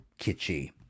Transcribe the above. kitschy